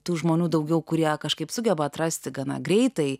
tų žmonių daugiau kurie kažkaip sugeba atrasti gana greitai